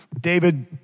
David